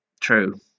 true